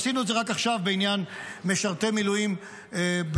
עשינו את זה רק עכשיו בעניין משרתי מילואים באקדמיה.